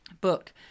book